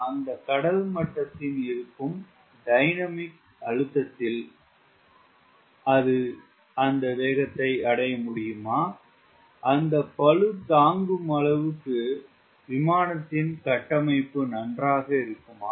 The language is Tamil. அந்த கடல் மட்டத்தில் இருக்கும் டைனமிக் அழுத்தத்தில் முடியுமா அந்த பளு தாங்கும் அளவுக்கு கட்டமைப்பு நன்றாக இருக்குமா